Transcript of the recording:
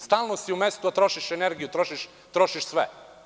Stalno su u mestu, a trošiš energiju, trošiš sve.